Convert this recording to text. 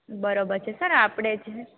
બરોબર છે સર આપડે